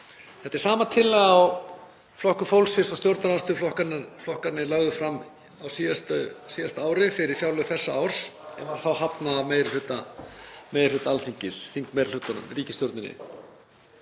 Þetta er sama tillaga og Flokkur fólksins og stjórnarandstöðuflokkarnir lögðu fram á síðasta ári fyrir fjárlög þessa árs en var þá hafnað af meiri hluta Alþingis, þingmeirihlutanum, ríkisstjórninni.